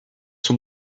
sont